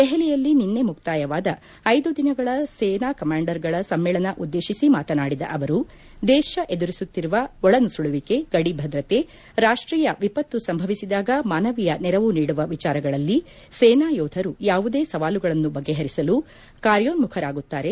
ದೆಹಲಿಯಲ್ಲಿ ನಿನ್ನೆ ಮುಕ್ತಾಯವಾದ ಐದು ದಿನಗಳ ಸೇನಾ ಕಮಾಂಡರ್ಗಳ ಸಮ್ನೇಳನ ಉದ್ಲೇತಿಸಿ ಮಾತನಾಡಿದ ಅವರು ದೇಶ ಎದುರಿಸುತ್ತಿರುವ ಒಳನುಸುಳುವಿಕೆ ಗಡಿಭದ್ರತೆ ರಾಷ್ಷೀಯ ವಿಪತ್ತು ಸಂಭವಿಸಿದಾಗ ಮಾನವೀಯ ನೆರವು ನೀಡುವ ವಿಚಾರಗಳಲ್ಲಿ ಸೇನಾ ಯೋಧರು ಯಾವುದೇ ಸವಾಲುಗಳನ್ನು ಬಗೆಹರಿಸಲು ಕಾರ್ಯೋನ್ನುಖರಾಗುತ್ತಾರೆ